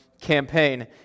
campaign